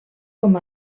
com